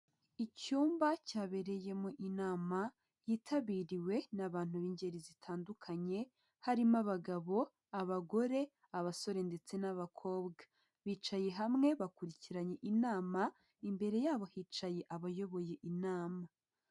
Icyumba cyabereyemo inama yitabiriwe n'abantu b'ingeri zitandukanye, harimo abagabo abagore, abasore ndetse n'abakobwa, bicaye hamwe bakurikiranye inama, imbere yabo hicaye abayoboye inama.